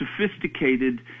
sophisticated